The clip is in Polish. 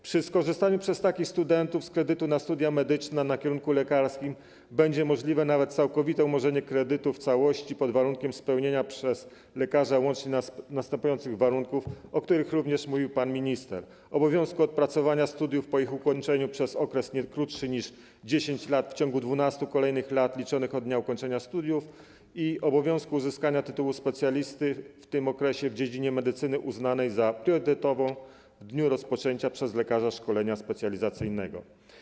Przy skorzystaniu przez takich studentów z kredytu na studia medyczne na kierunku lekarskim będzie możliwe nawet całkowite umorzenie kredytu pod warunkiem spełnienia przez lekarza łącznie następujących warunków, o których również mówił pan minister: obowiązku odpracowania studiów po ich ukończeniu przez okres nie krótszy niż 10 lat w ciągu 12 kolejnych lat liczonych od dnia ukończenia studiów i obowiązku uzyskania tytułu specjalisty w tym okresie w dziedzinie medycyny uznanej za priorytetową w dniu rozpoczęcia przez lekarza szkolenia specjalizacyjnego.